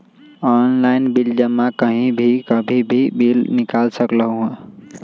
Online bill जमा कहीं भी कभी भी बिल निकाल सकलहु ह?